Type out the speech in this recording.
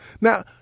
Now